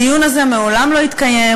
הדיון הזה מעולם לא התקיים,